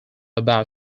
about